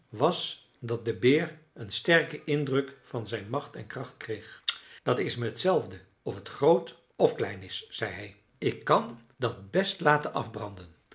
was dat de beer een sterken indruk van zijn macht en kracht kreeg dat is me t zelfde of het groot of klein is zei hij ik kan dat best laten afbranden